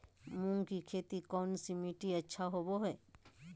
मूंग की खेती कौन सी मिट्टी अच्छा होबो हाय?